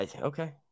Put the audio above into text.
Okay